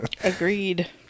Agreed